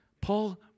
Paul